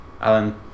Alan